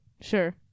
Sure